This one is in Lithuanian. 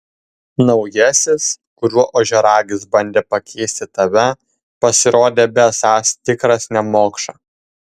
naujasis kuriuo ožiaragis bandė pakeisti tave pasirodė besąs tikras nemokša